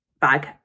bag